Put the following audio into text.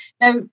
Now